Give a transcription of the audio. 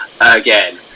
again